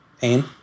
pain